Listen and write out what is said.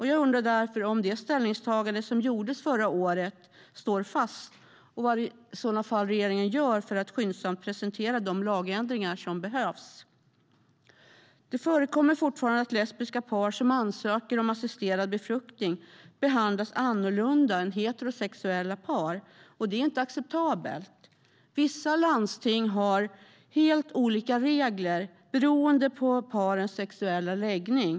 Jag undrar därför om det ställningstagande som gjordes förra året står fast och vad regeringen i så fall gör för att skyndsamt presentera de lagändringar som behövs. Det förekommer fortfarande att lesbiska par som ansöker om assisterad befruktning behandlas annorlunda än heterosexuella par. Det är inte acceptabelt. Vissa landsting har helt olika regler beroende på parens sexuella läggning.